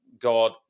God